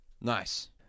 Nice